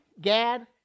Gad